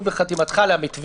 לראות"